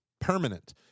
permanent